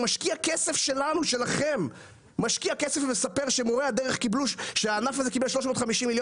משקיע כסף שלנו ושלכם כדי לספר שהענף הזה קיבל 350,000,000